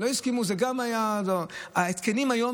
ההתקנים היום,